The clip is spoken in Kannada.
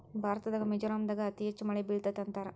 ಭಾರತದಾಗ ಮಿಜೋರಾಂ ದಾಗ ಅತಿ ಹೆಚ್ಚ ಮಳಿ ಬೇಳತತಿ ಅಂತಾರ